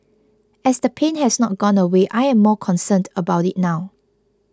as the pain has not gone away I am more concerned about it now